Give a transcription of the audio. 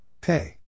Pay